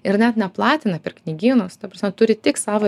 ir net neplatina per knygynus ta prasme turi tik savo